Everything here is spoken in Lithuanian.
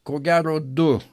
ko gero du